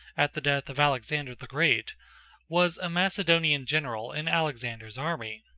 at the death of alexander the great was a macedonian general in alexander's army.